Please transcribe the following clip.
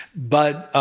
but ah